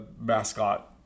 mascot